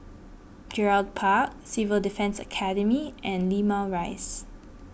Gerald Park Civil Defence Academy and Limau Rise